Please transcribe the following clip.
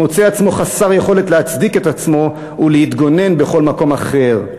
מוצא עצמו חסר יכולת להצדיק את עצמו ולהתגונן בכל מקום אחר.